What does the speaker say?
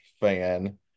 fan